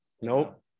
Nope